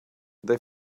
they